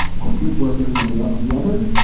compute workers and on the other,